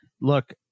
Look